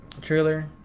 trailer